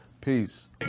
Peace